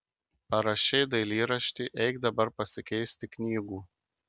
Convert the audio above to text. parašei dailyraštį eik dabar pasikeisti knygų